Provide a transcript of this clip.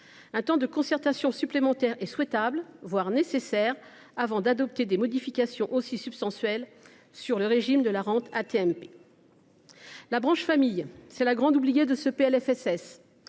Un temps de concertation supplémentaire est souhaitable, voire nécessaire, avant d’adopter des modifications aussi substantielles sur le régime de la rente AT MP. La branche famille est la grande oubliée de ce projet